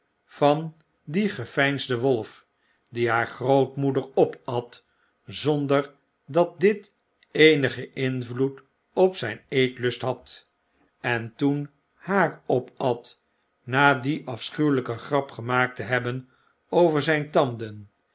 van dien geveinsden wolf die haar grootmoeder opat zonder dat dit eenigen invioed op zyn eetlust had en toen har opat na die afschuwelpe grap gemaakt te hebben over zijn tanden